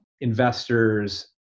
investors